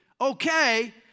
okay